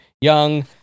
young